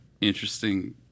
interesting